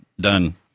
done